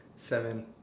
seven